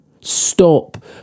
Stop